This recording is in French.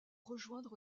rejoindre